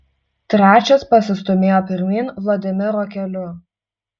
trečias pasistūmėjo pirmyn vladimiro keliu